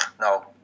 no